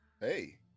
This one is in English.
hey